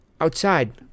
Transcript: Outside